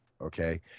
okay